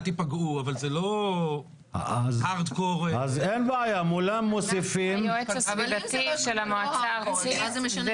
אל תיפגעו אבל זה לא הארד-קור --- היועץ הסביבתי של המועצה הארצית.